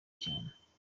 cyane